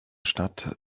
stadt